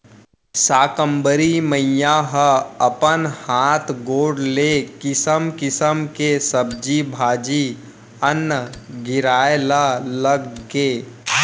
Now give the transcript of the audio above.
साकंबरी मईया ह अपन हात गोड़ ले किसम किसम के सब्जी भाजी, अन्न गिराए ल लगगे